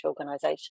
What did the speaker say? organisation